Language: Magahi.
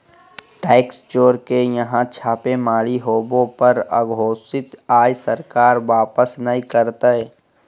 टैक्स चोर के यहां छापेमारी होबो पर अघोषित आय सरकार वापस नय करतय